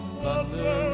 thunder